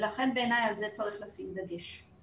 לכן בעיניי על זה צריך לשים דגש.